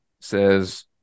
says